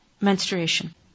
menstruation